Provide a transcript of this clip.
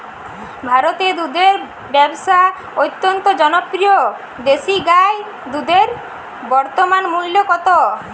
ভারতে দুধের ব্যাবসা অত্যন্ত জনপ্রিয় দেশি গাই দুধের বর্তমান মূল্য কত?